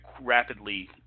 rapidly